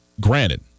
granted